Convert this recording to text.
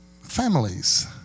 families